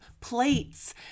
plates